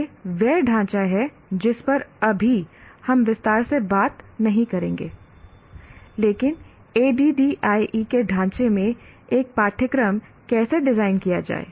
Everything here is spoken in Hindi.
यह वह ढांचा है जिस पर अभी हम विस्तार से नहीं बताएंगे लेकिन ADDIE के ढांचे में एक पाठ्यक्रम कैसे डिजाइन किया जाए